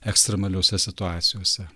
ekstremaliose situacijose